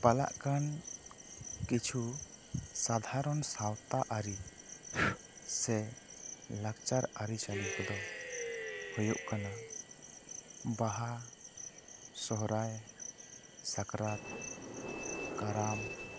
ᱯᱟᱞᱟᱜ ᱠᱟᱱ ᱠᱤᱪᱷᱩ ᱥᱟᱫᱷᱟᱨᱚᱱ ᱥᱟᱶᱛᱟ ᱟᱹᱨᱤ ᱥᱮ ᱞᱟᱠᱪᱟᱨ ᱟᱹᱨᱤ ᱪᱟᱹᱞᱤ ᱠᱚᱫᱚ ᱦᱩᱭᱩᱜ ᱠᱟᱱᱟ ᱵᱟᱦᱟ ᱥᱚᱨᱦᱟᱭ ᱥᱟᱠᱨᱟᱛ ᱠᱟᱨᱟᱢ